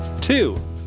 Two